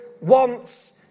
wants